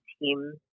team